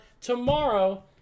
tomorrow